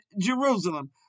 Jerusalem